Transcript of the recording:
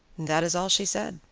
that is all she said.